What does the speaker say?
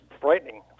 frightening